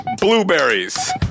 blueberries